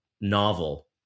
novel